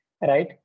right